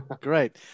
great